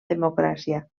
democràcia